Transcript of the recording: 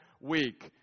week